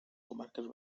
comarques